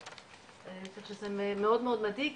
כך שזה מאוד מאוד מדאיג.